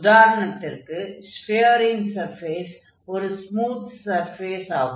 உதாரணத்திற்கு ஸ்பியரின் சர்ஃபேஸ் ஒரு ஸ்மூத் சர்ஃபேஸ் ஆகும்